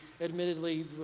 admittedly